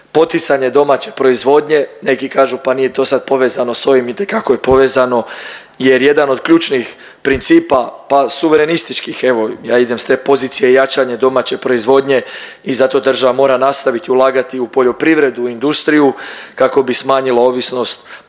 Poticanje domaće proizvodnje, neki kažu pa nije to sad povezano s ovim, itekako je povezano jer jedan od ključnih principa pa suverenističkih evo ja idem s te pozicije jačanja domaće proizvodnje i zato država mora nastaviti ulagati u poljoprivredu, industriju kako bi smanjilo ovisnost o